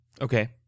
okay